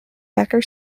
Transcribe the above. becker